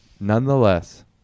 nonetheless